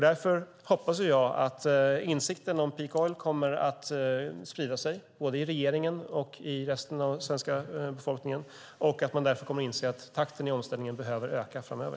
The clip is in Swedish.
Därför hoppas jag att insikten om peak oil kommer att sprida sig både i regeringen och i resten av den svenska befolkningen och att man därför kommer att inse att takten i omställningen behöver öka framöver.